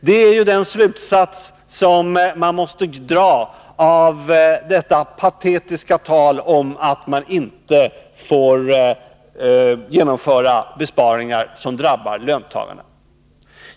Det är den slutsats man måste dra av det patetiska talet om att man inte får genomföra besparingar som drabbar löntagarna.